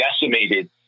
decimated